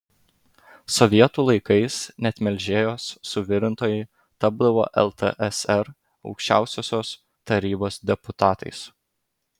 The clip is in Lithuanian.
sovietų laikais net melžėjos suvirintojai tapdavo ltsr aukščiausiosios tarybos deputatais